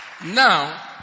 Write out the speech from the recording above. Now